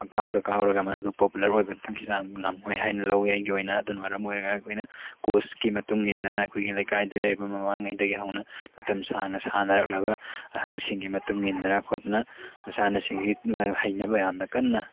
ꯄꯪꯀꯥꯎꯗ ꯀꯥꯎꯔꯒ ꯃꯗꯨ ꯄꯣꯄꯨꯂꯔ ꯑꯣꯏꯕꯗꯒꯤ ꯆꯥꯡ ꯉꯝꯃꯣꯏ ꯍꯥꯏꯅ ꯂꯧꯏ ꯑꯩꯒꯤ ꯑꯣꯏꯅ ꯑꯗꯨꯅ ꯃꯔꯝ ꯑꯣꯏꯔꯒ ꯑꯩꯈꯣꯏꯅ ꯀꯣꯆꯀꯤ ꯃꯇꯨꯡ ꯏꯟꯗꯅ ꯑꯩꯈꯣꯏꯒꯤ ꯂꯩꯀꯥꯏꯗ ꯂꯩꯔꯤꯕ ꯃꯃꯥꯡꯉꯩꯗꯒꯤ ꯍꯧꯅ ꯃꯇꯝ ꯁꯥꯡꯅ ꯁꯥꯟꯅꯔꯛꯂꯕ ꯑꯍꯟꯁꯤꯡꯒꯤ ꯃꯇꯨꯡ ꯏꯟꯗꯅ ꯈꯣꯠꯇꯅ ꯃꯁꯥꯟꯅꯁꯤꯡꯁꯤ ꯍꯩꯅꯕ ꯌꯥꯝꯅ ꯀꯟꯅ